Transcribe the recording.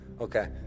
Okay